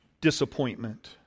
disappointment